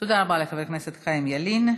תודה רבה לחבר הכנסת חיים ילין.